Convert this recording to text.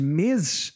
meses